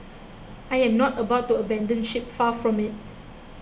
I am not about to abandon ship far from it